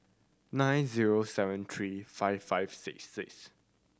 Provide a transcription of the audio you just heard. nine zero seven three five five six six